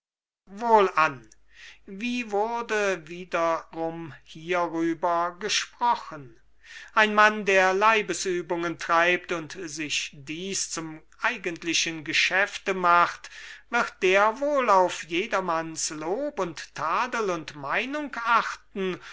wohlan wie wurde wiederum hierüber gesprochen ein mann der leibesübungen treibt und sich dies zum eigentlichen geschäfte macht wird der wohl auf jedermanns lob und tadel und meinung achten